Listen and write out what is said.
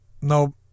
no